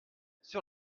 sur